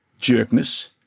jerkness